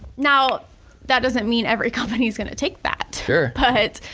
now that doesn't mean every company's gonna take that but,